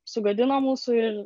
sugadino mūsų ir